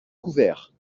couverts